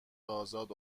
ازاد